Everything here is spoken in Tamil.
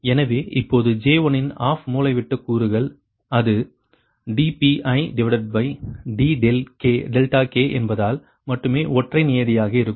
எனவே இப்போது J1 இன் ஆஃப் மூலைவிட்ட கூறுகள் அது dPidk என்பதால் மட்டுமே ஒற்றை நியதியாக இருக்கும்